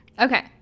Okay